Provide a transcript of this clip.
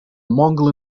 mongol